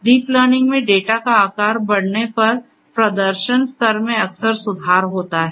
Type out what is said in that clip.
deep learning में data का आकार बढ़ने पर प्रदर्शन स्तर में अक्सर सुधार होता है